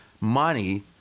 money